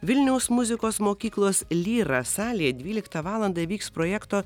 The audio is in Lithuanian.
vilniaus muzikos mokyklos lyra salėje dvyliktą valandą vyks projekto